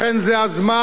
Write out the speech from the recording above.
לכן זה הזמן,